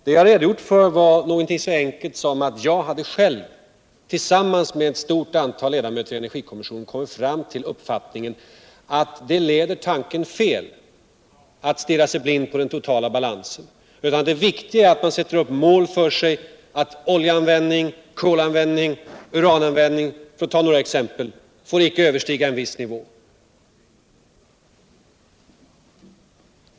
Jag har redogjort för någonting så enkelt som att jag själv tillsammans med ett stort antal ledamöter i energikommissionen kommit till den uppfattningen att det leder tanken fel om man stirrar sig blind på den totala balansen. Det viktigaste är att sätta mål för sig, att användningen av olja, kol och uran, för att ta några exempel, icke får överstiga en viss nivå.